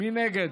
מי נגד?